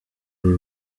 ari